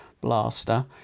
blaster